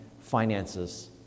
finances